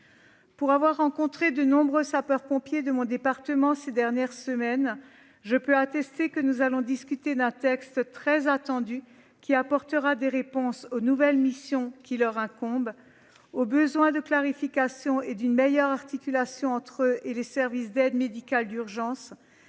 Pour avoir rencontré de nombreux sapeurs-pompiers de mon département ces dernières semaines, je peux attester que nous allons discuter d'un texte très attendu. Il apportera des réponses aux nouvelles missions qui leur incombent, au besoin de clarification et de meilleure articulation de leur action avec celle des services d'aide médicale d'urgence